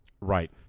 Right